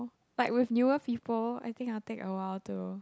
like with newer people I think I'll take a while to